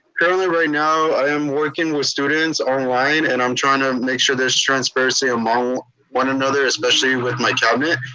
currently right now, i am working with students online and i'm trying to make sure there's transparency among one another, especially with my cabinet.